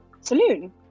Saloon